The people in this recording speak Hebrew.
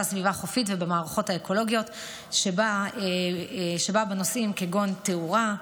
סביבה חופית ובמערכות האקולוגיות שבה בנושאים כגון תאורה,